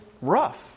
rough